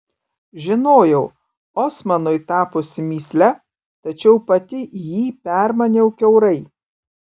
žinojau osmanui tapusi mįsle tačiau pati jį permaniau kiaurai